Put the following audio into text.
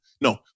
no